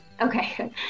Okay